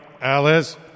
Alice